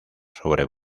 sobre